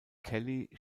kelly